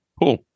Cool